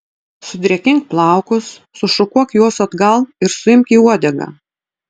sudrėkink plaukus sušukuok juos atgal ir suimk į uodegą